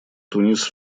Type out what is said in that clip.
тунис